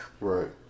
Right